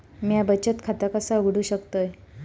म्या बचत खाता कसा उघडू शकतय?